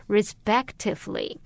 Respectively